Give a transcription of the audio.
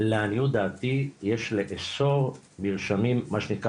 לעניות דעתי יש לאסור מרשמים מה שנקרא